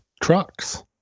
trucks